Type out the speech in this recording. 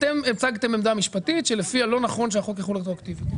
אתם הצגתם עמדה משפטית שלפיה לא נכון שהחוק יחול רטרואקטיבית.